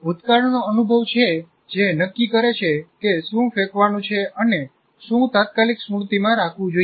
ભૂતકાળનો અનુભવ છે જે નક્કી કરે છે કે શું ફેંકવાનું છે અને શું તાત્કાલિક સ્મૃતિમાં રાખવું જોઈએ